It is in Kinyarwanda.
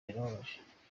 birababaje